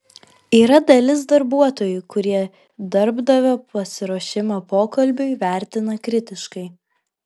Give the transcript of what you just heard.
yra dalis darbuotojų kurie darbdavio pasiruošimą pokalbiui vertina kritiškai